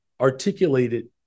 articulated